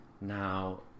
Now